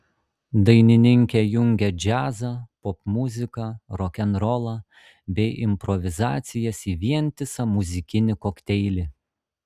dainininkė jungia džiazą popmuziką rokenrolą bei improvizacijas į vientisą muzikinį kokteilį